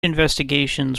investigations